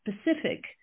specific